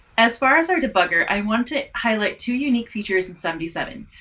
as far as our debugger, i want to highlight two unique features in seventy seven.